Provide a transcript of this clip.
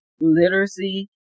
literacy